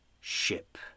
ship